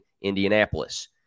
Indianapolis